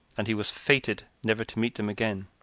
and he was fated never to meet them again.